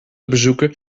bezoeken